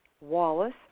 Wallace